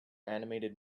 animated